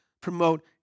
promote